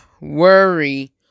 worry